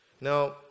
Now